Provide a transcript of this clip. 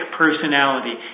personality